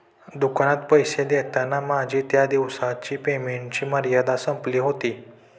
दुकानात पैसे देताना माझी त्या दिवसाची पेमेंटची मर्यादा संपली होती